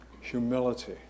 humility